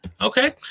Okay